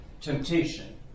temptation